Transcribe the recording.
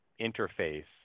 interface